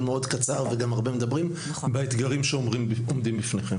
באתגרים שעומדים בפניכם.